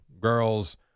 girls